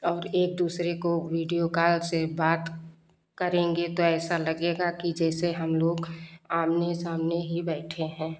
और एक दूसरे को वीडियो काल से बात करेंगे तो ऐसा लगेगा कि जैसे हम लोग आमने सामने ही बैठे हैं